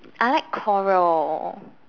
I like coral